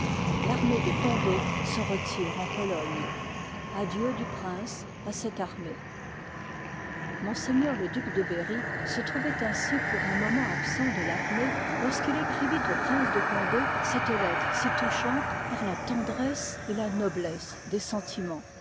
l'armée de condé se retire en pologne adieux du prince à cette armée ms le duc de berry se trouvoit ainsi pour un moment absent de l'armée lorsqu'il écrivit au prince de condé cette lettre si touchante par la tendresse et la noblesse des sentimens